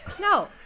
no